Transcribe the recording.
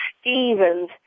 Stevens